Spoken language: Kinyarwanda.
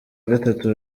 gatatu